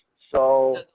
so,